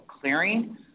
clearing